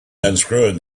unscrewing